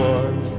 one